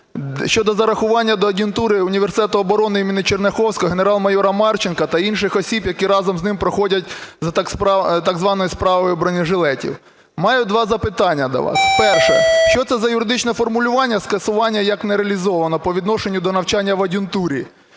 щодо зарахування до ад'юнктури університету оборони імені Черняховського генерал-майора Марченка та інших осіб, які разом з ним проходять за так званою справою "бронежилетів". Маю два запитання до вас. Перше. Що це за юридичне формулювання: "скасування як нереалізоване" по відношенню до навчання в ад'юнктурі?